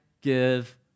give